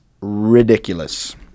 ridiculous